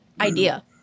idea